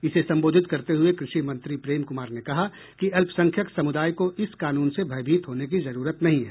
इसे संबोधित करते हुए कृषि मंत्री प्रेम कुमार ने कहा कि अल्पसंख्यक समुदाय को इस कानून से भयभीत होने की जरूरत नहीं है